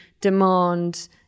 demand